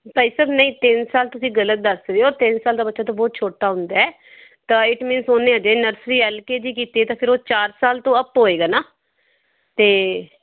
ਭਾਈ ਸਾਹਿਬ ਨਹੀਂ ਤਿੰਨ ਸਾਲ ਤੁਸੀਂ ਗਲਤ ਦੱਸ ਰਹੇ ਹੋ ਤਿੰਨ ਸਾਲ ਦਾ ਬੱਚਾ ਤਾਂ ਬਹੁਤ ਛੋਟਾ ਹੁੰਦਾ ਤਾਂ ਇਟ ਮੀਨਸ ਉਹਨੇ ਹਜੇ ਨਰਸਰੀ ਐਲ ਕੇ ਜੀ ਕੀਤੀ ਹੈ ਤਾਂ ਫੇਰ ਉਹ ਚਾਰ ਸਾਲ ਤੋਂ ਅੱਪ ਹੋਏਗਾ ਨਾ ਅਤੇ